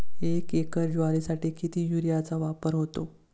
एक एकर ज्वारीसाठी किती युरियाचा वापर होतो?